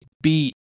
beat